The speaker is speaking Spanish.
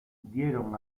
dieron